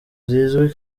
zizwi